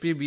P B